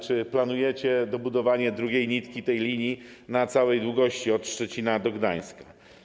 Czy planujecie dobudowanie drugiej nitki tej linii na całej długości, od Szczecina do Gdańska?